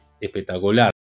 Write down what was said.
espectacular